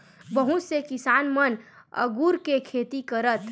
बहुत से किसान मन अगुर के खेती करथ